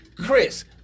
Chris